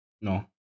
No